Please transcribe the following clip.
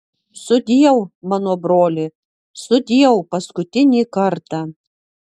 sudieu mano broli sudieu paskutinį kartą